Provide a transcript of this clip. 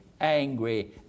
angry